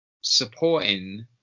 supporting